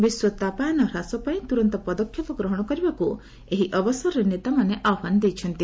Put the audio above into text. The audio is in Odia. ବିଶ୍ୱ ତାପାୟନ ହ୍ରାସ ପାଇଁ ତୁରନ୍ତ ପଦକ୍ଷେପ ଗ୍ରହଣ କରିବାକୁ ଏହି ଅବସରରେ ନେତାମାନେ ଆହ୍ପାନ ଦେଇଛନ୍ତି